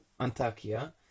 Antakya